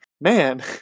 man